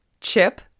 Chip